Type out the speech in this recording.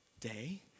day